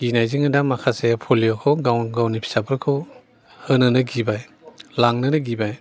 गिनायजोंनो दा माखासे पलिय'खौ गाव गावनि फिसाफोरखौ होनोनो गिबाय लांनोनो गिबाय